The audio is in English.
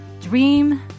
dream